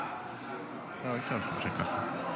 אי-אפשר להמשיך ככה.